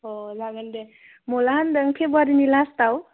अ जागोन दे माब्ला होनदों फेब्रुवारिनि लास्टआव